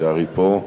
אחריה,